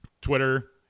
Twitter